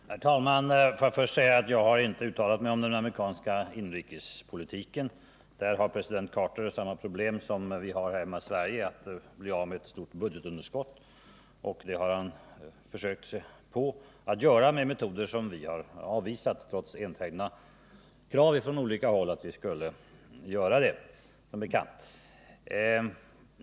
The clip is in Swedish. Herr talman! Får jag först säga att jag inte har uttalat mig om den amerikanska inrikespolitiken. Där har president Carter samma problem som vi här hemma. Man vill i USA dra ner på ett stort budgetunderskott, och det har president Carter försökt att klara av med metoder som vi för vår del har avvisat trots, som bekant, enträgna krav från olika håll på att vi skulle använda dem.